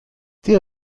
die